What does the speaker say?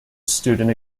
student